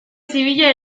zibila